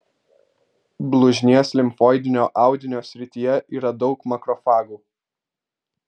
blužnies limfoidinio audinio srityje yra daug makrofagų